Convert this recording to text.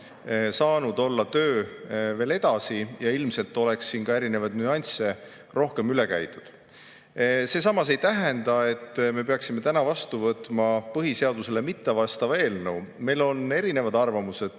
eelnõuga tööd veel edasi [teha], ja ilmselt oleks siin ka erinevaid nüansse rohkem üle käidud. See samas ei tähenda, et me [võtaksime] täna vastu põhiseadusele mittevastava eelnõu. Meil on erinevad arvamused.